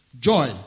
Joy